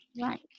Right